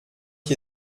qui